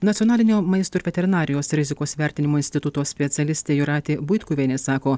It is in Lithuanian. nacionalinio maisto ir veterinarijos rizikos vertinimo instituto specialistė jūratė buitkuvienė sako